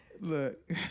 Look